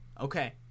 Okay